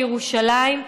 בירושלים,